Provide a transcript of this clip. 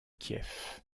kiev